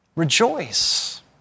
rejoice